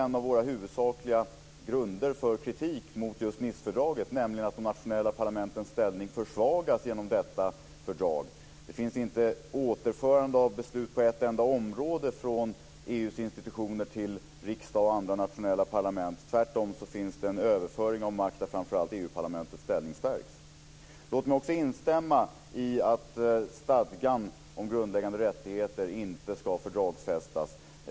En av våra huvudsakliga grunder för kritiken mot Nicefördraget är just att de nationella parlamentens ställning försvagas. Inte på ett enda område återförs beslut från EU:s institutioner till riksdagen och andra nationella parlament. Det sker en överföring av makt, men det är tvärtom framför allt EU-parlamentets ställning som stärks. Låt mig också instämma i att stadgan om grundläggande rättigheter inte ska fördragsfästas.